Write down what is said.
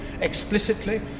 explicitly